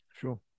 Sure